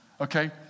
okay